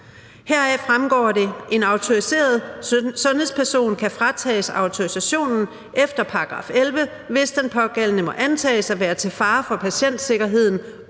Heraf fremgår det: »En autoriseret sundhedsperson kan fratages autorisationen efter § 11, hvis den pågældende må antages at være til fare for patientsikkerheden